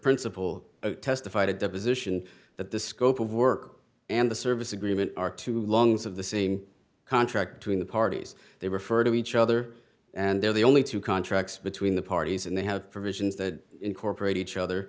principal testified at deposition that the scope of work and the service agreement are two long of the same contract between the parties they refer to each other and they're the only two contracts between the parties and they have provisions that incorporate each other